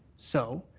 so,